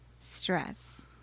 stress